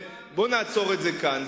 בוא נעצור את זה כאן.